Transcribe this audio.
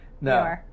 No